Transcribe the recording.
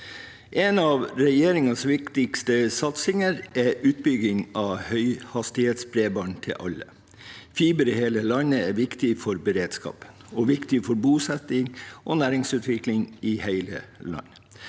En av regjeringens viktigste satsinger er utbygging av høyhastighetsbredbånd til alle. Fiber i hele landet er viktig for beredskapen og viktig for bosetting og næringsutvikling i hele landet.